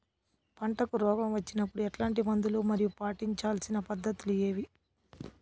పంటకు రోగం వచ్చినప్పుడు ఎట్లాంటి మందులు మరియు పాటించాల్సిన పద్ధతులు ఏవి?